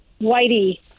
Whitey